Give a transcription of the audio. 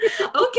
Okay